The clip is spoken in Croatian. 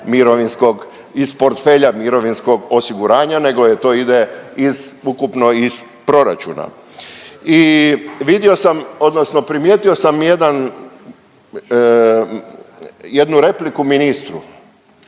iz portfelja mirovinskog osiguranja nego je to ide iz ukupno iz proračuna i vidio sam odnosno primijetio sam jedan, jednu repliku ministru.